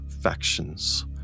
factions